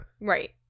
Right